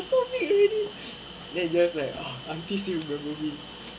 so big already then you just like ha aunty still remember me